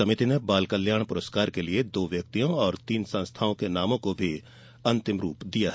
समिति ने बाल कल्याण पुरस्कार के लिए दो व्यक्तियों और तीन संस्थाओं के नामों को भी अंतिम रूप दिया है